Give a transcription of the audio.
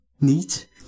neat